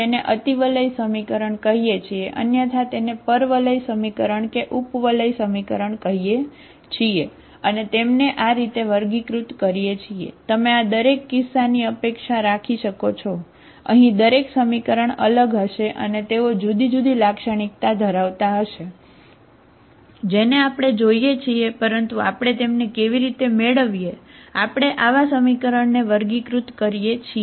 તેથી તે જ રીતે આપણે પણ અપેક્ષા રાખી શકીએ છીએ